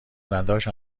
نداشت